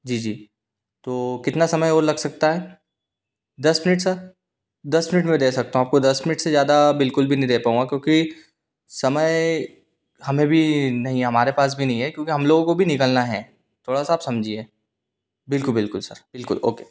जी जी तो कितना समय और लग सकता है दस मिनट सर दस मिनट मैं दे सकता हूँ आपको दस मिनट से ज़्यादा बिल्कुल भी नहीं दे पाऊँगा क्योंकि समय हमें भी नहीं हमारे पास भी नहीं है क्योंकि हम लोगों को भी निकलना है थोड़ा सा आप समझिए बिल्कुल बिल्कुल सर बिल्कुल ओके